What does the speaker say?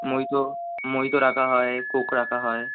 mojito mojito রাখা হয় Coke রাখা হয়